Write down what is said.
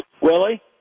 Willie